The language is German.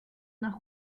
nach